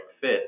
fit